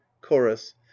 chorus